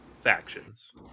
factions